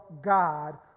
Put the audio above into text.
God